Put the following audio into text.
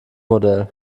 modell